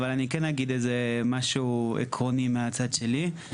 אבל אני כן אגיד משהו עקרוני מהצד שני.